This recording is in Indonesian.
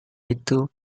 itu